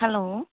hello